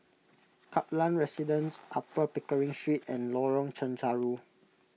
Kaplan Residence Upper Pickering Street and Lorong Chencharu